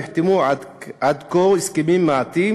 נחתמו עד כה הסכמים מעטים